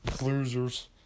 Losers